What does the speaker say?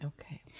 Okay